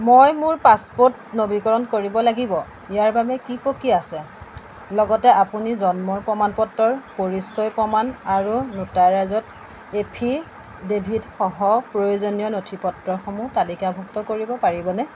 মই মোৰ পাছপোৰ্ট নৱীকৰণ কৰিব লাগিব ইয়াৰ বাবে কি প্ৰক্ৰিয়া আছে লগতে আপুনি জন্মৰ প্ৰমাণপত্ৰৰ পৰিচয় প্ৰমাণ আৰু নোটাৰাইজড এফিডেফিট সহ প্ৰয়োজনীয় নথিপত্ৰসমূহ তালিকাভুক্ত কৰিব পাৰিবনে